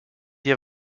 ihr